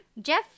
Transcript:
Jeff